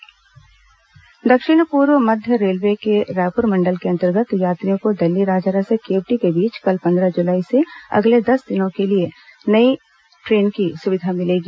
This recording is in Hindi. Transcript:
नई ट्रेन दक्षिण पूर्व मध्य रेलवे के रायपुर मंडल के अंतर्गत यात्रियों को दल्लीराजहरा से केवटी के बीच कल पंद्रह जुलाई से अगले दस दिनों के लिए नई ट्रेन की सुविधा मिलेगी